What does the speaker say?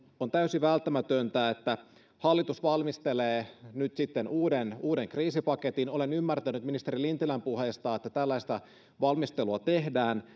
on täysin välttämätöntä että hallitus valmistelee nyt sitten uuden uuden kriisipaketin olen ymmärtänyt ministeri lintilän puheesta että tällaista valmistelua tehdään